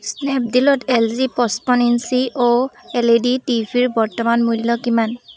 স্নেপডীলত L G পঁচপন্ন inch O L E D টিভিৰ বৰ্তমান মূল্য কিমান